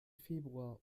februar